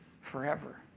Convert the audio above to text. forever